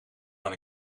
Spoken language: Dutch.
dan